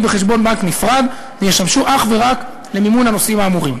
בחשבון בנק נפרד וישמשו אך ורק למימון הנושאים האמורים.